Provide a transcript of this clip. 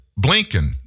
Blinken